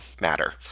matter